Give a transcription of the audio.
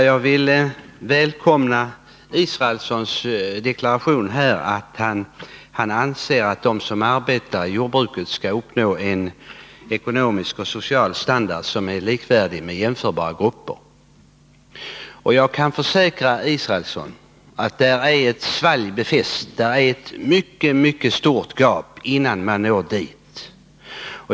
Herr talman! Jag välkomnar Per Israelssons deklaration att de som arbetar inom jordbruket bör ha en ekonomisk och social standard som är likvärdig med jämförbara grupper. Jag kan försäkra Per Israelsson att det finns ett mycket stort gap att fylla ut innan man når dit.